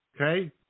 okay